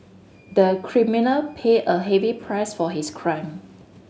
the criminal paid a heavy price for his crime